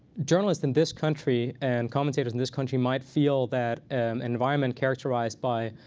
journalists in this country and commentators in this country might feel that an environment characterized by